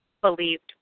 believed